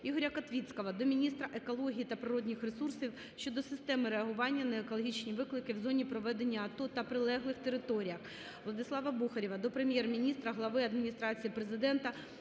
Ігоря Котвіцького до міністра екології та природних ресурсів щодо системи реагування на екологічні виклики в зоні проведення АТО та прилеглих територіях. Владислава Бухарєва до Прем'єр-міністра, глави Адміністрації Президента